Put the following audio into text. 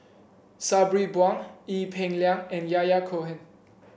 Sabri Buang Ee Peng Liang and Yahya Cohen